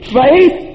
faith